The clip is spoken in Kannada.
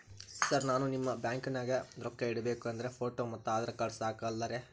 ಸರ್ ನಾನು ನಿಮ್ಮ ಬ್ಯಾಂಕನಾಗ ರೊಕ್ಕ ಇಡಬೇಕು ಅಂದ್ರೇ ಫೋಟೋ ಮತ್ತು ಆಧಾರ್ ಕಾರ್ಡ್ ಸಾಕ ಅಲ್ಲರೇ?